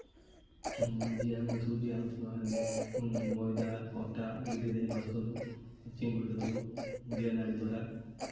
ଜିଆ ଜିଆ ନହେଲେ ମଇଦା ଅଟା ଗୁଡ଼ି ଦେଇ ମାଛ ଧରୁ ଚିଙ୍ଗୁଡ଼ି ଧରୁ ଜିଆ ନାଡ଼ି ଧରା